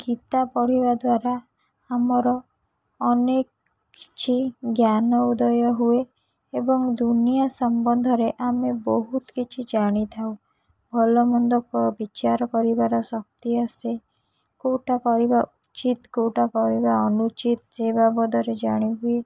ଗୀତା ପଢ଼ିବା ଦ୍ୱାରା ଆମର ଅନେକ କିଛି ଜ୍ଞାନ ଉଦୟ ହୁଏ ଏବଂ ଦୁନିଆ ସମ୍ବନ୍ଧରେ ଆମେ ବହୁତ କିଛି ଜାଣିଥାଉ ଭଲମନ୍ଦ ବିଚାର କରିବାର ଶକ୍ତି ଆସେ କେଉଁଟା କରିବା ଉଚିତ କେଉଁଟା କରିବା ଅନୁଚିତ ସେ ବାବଦରେ ଜାଣି ହୁଏ